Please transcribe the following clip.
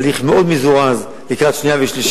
אני מבקש שזה יעבור בהליך מזורז לקראת קריאה שנייה ושלישית,